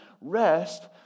rest